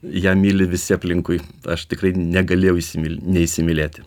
ją myli visi aplinkui aš tikrai negalėjau įsimyl neįsimylėti